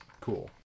cool